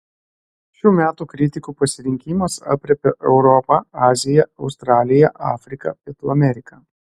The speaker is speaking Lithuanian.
šių metų kritikų pasirinkimas aprėpia europą aziją australiją afriką pietų ameriką